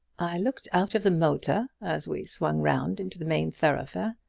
i looked out of the motor as we swung round into the main thoroughfare.